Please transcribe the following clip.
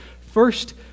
First